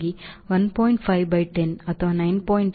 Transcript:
5 by 10 ಅಥವಾ 9